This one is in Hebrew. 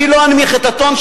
אני לא אנמיך את הטון.